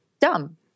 dumb